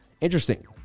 Interesting